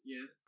Yes